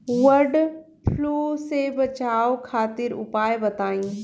वड फ्लू से बचाव खातिर उपाय बताई?